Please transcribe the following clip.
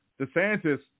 DeSantis